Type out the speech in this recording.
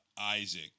Isaac